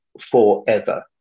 forever